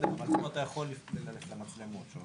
--- אתה יכול ללכת למצלמות.